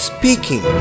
Speaking